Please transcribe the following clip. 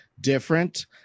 different